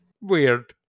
weird